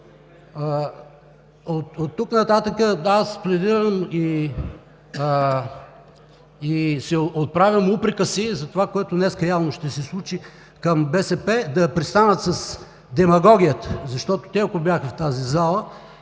Оттук нататък пледирам и отправям упрека си за това, което днес явно ще се случи, към БСП – да престанат с демагогията, защото ако те бяха в тази зала,